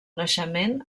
naixement